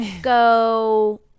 go